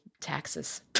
taxes